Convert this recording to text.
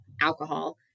alcohol